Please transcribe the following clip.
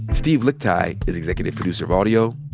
steve lickteig is executive producer of audio.